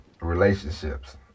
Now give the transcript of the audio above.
relationships